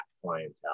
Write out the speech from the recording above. clientele